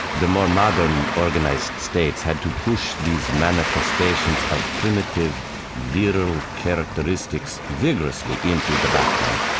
the more modern organized states had to push these manifestations of primitive virile characteristics vigorously into the background.